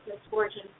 misfortune